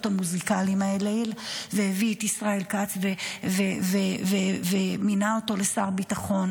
המוזיקליים האלה והביא את ישראל כץ ומינה אותו לשר ביטחון